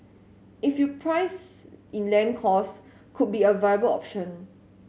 if you price in land cost could be a viable option